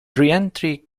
reentry